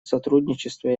сотрудничество